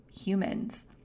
humans